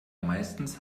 meistens